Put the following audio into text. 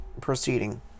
proceeding